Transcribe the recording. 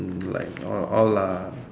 like all all lah